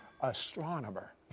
astronomer